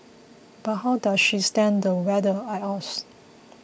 but how does she stand the weather I ask